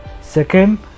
second